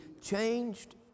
changed